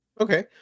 Okay